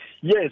Yes